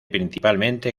principalmente